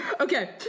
Okay